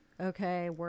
okay